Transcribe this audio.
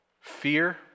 fear